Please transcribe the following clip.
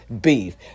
beef